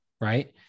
right